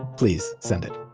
please send it.